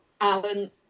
Alan